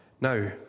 Now